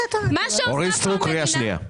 זה בדיוק מה שאת --- אורית סטרוק, קריאה שנייה.